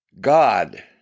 God